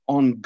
on